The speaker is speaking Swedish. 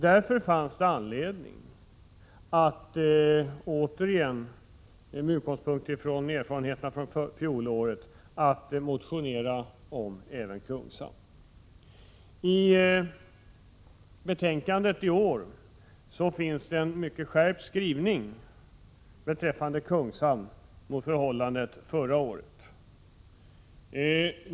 Därför fanns det anledning, med utgångspunkt i erfarenheterna från fjolåret, att åter igen motionera även om Kungshamn. I betänkandet i år finns det en mycket skärpt skrivning beträffande Kungshamn mot vad som var fallet förra året.